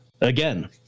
again